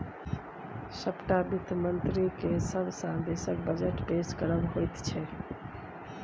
सभटा वित्त मन्त्रीकेँ सभ साल देशक बजट पेश करब होइत छै